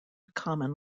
common